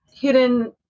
hidden